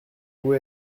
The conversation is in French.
vous